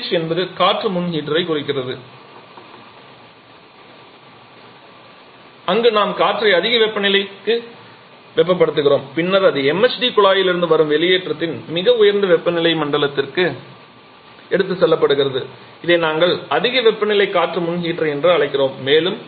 APH என்பது காற்று முன் ஹீட்டரைக் குறிக்கிறது அங்கு நாம் காற்றை அதிக வெப்பநிலை நிலைக்கு வெப்பப்படுத்துகிறோம் பின்னர் அது MHD குழாயிலிருந்து வரும் வெளியேற்றத்தின் மிக உயர்ந்த வெப்பநிலை மண்டலத்திற்கு எடுத்துச் செல்லப்படுகிறது இதை நாங்கள் அதிக வெப்பநிலை காற்று முன் ஹீட்டர் என்று அழைக்கிறோம்